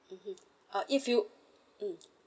mmhmm uh if you mm